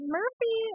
Murphy